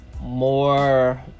more